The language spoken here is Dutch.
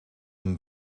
een